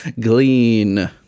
Glean